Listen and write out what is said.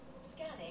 Scanning